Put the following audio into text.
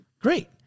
Great